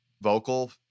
vocal